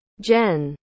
Jen